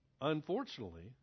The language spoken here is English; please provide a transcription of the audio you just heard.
unfortunately